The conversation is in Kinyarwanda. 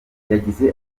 yagize